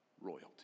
Royalty